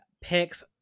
picks